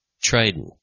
Trading